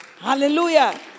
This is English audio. Hallelujah